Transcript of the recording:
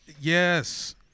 Yes